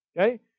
okay